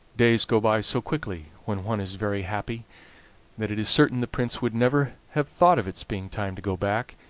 days go by so quickly when one is very happy that it is certain the prince would never have thought of its being time to go back,